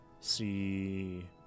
see